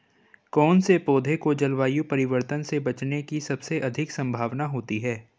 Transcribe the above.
कौन से पौधे को जलवायु परिवर्तन से बचने की सबसे अधिक संभावना होती है?